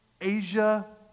Asia